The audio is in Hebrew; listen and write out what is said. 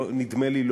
נדמה לי,